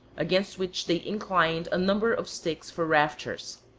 against which they inclined a number of sticks for rafters.